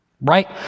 right